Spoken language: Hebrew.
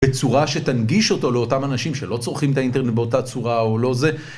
בצורה שתנגיש אותו לאותם אנשים שלא צורכים את האינטרנט באותה צורה או לא זה